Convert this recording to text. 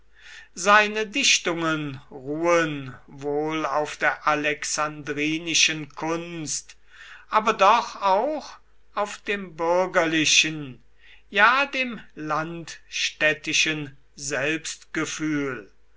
seine dichtungen ruhen wohl auf der alexandrinischen kunst aber doch auch auf dem bürgerlichen ja dem landstädtischen selbstgefühl